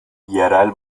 yerel